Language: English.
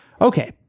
Okay